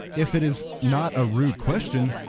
if it is not a rude question,